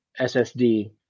SSD